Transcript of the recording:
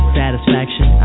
satisfaction